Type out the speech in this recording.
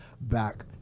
back